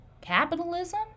capitalism